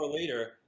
later